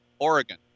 Oregon